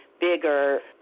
bigger